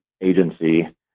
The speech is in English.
agency